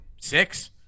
six